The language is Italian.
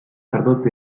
tradotto